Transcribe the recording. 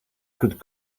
could